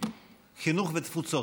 חינוך ותפוצות.